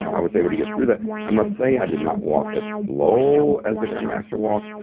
i was able to get through that i must say i did not walk as slow as the grandmaster walked.